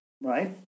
right